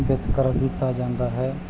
ਵਿਤਕਰਾ ਕੀਤਾ ਜਾਂਦਾ ਹੈ